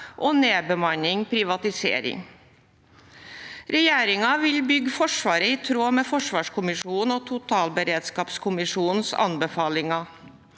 og nedbemanning og privatisering. Regjeringen vil bygge Forsvaret i tråd med forsvarskommisjonens og totalberedskapskommisjonens anbefalinger.